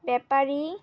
ব্যাপারী